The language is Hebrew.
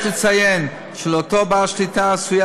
יש לציין שלאותו בעל שליטה עשויות